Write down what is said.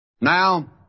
Now